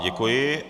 Děkuji.